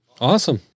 Awesome